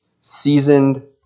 seasoned